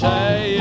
Say